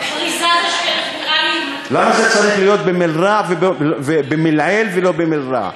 בריזה זה של, למה זה צריך להיות במלעיל ולא במלרע?